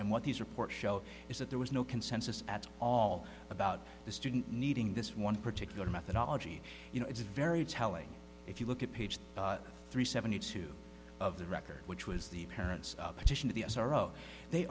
and what these reports show is that there was no consensus at all about the student needing this one particular methodology you know it's very telling if you look at page three seventy two of the record which was the parents petition to